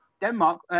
Denmark